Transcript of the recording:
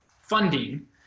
funding